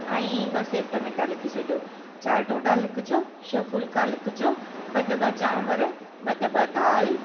ऐं ॿ सेव टमेटा लिखी छॾियो चारि ॾोढा लिखिजो छह फुलका लिखिजो ॿ दॿा चांवर ॿ दॿा दाल